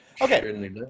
Okay